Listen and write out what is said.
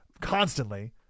constantly